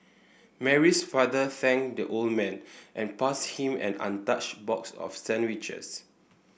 Mary's father thanked the old man and passed him an untouched box of sandwiches